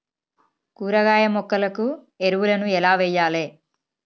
కూరగాయ మొక్కలకు ఎరువులను ఎలా వెయ్యాలే?